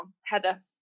heather